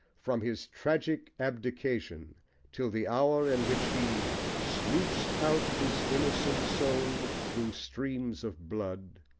from his tragic abdication till the hour in which he sluiced out his innocent soul thro' streams of blood,